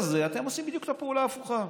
אתם עושים בדיוק את הפעולה ההפוכה.